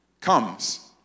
comes